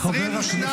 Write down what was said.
חבר הכנסת להב הרצנו.